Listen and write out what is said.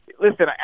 listen